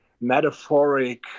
metaphoric